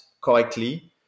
correctly